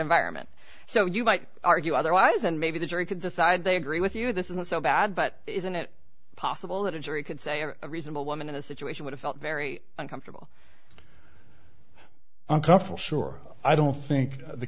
environment so you might argue otherwise and maybe the jury could decide they agree with you this isn't so bad but isn't it possible that a jury could say or a reasonable woman in a situation would have felt very uncomfortable uncomfortable suhr i don't think the